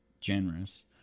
generous